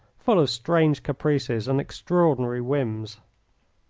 full of strange caprices and extraordinary whims.